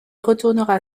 retournera